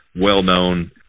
well-known